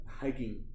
hiking